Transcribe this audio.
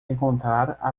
encontrar